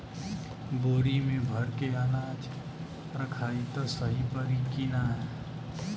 बोरी में भर के अनाज रखायी त सही परी की ना?